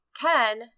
ken